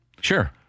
Sure